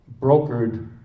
brokered